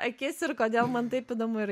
akis ir kodėl ma n taip įdomu yra